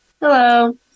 Hello